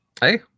hey